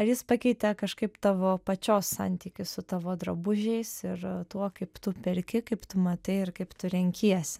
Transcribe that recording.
ar jis pakeitė kažkaip tavo pačios santykį su tavo drabužiais ir tuo kaip tu perki kaip tu matai ir kaip tu renkiesi